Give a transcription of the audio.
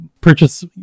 purchase